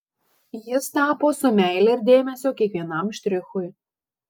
jis tapo su meile ir dėmesiu kiekvienam štrichui